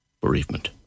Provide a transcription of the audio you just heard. bereavement